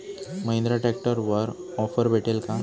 महिंद्रा ट्रॅक्टरवर ऑफर भेटेल का?